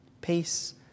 Peace